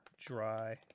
dry